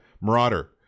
Marauder